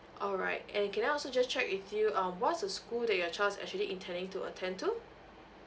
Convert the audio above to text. all right and can I also just check with you um what's the school that your child is actually intending to attend to